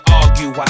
argue